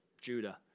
Judah